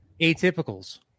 atypicals